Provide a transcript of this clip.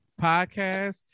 podcast